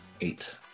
Eight